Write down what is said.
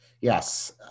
Yes